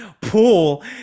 pool